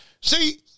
See